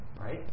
Right